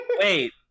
Wait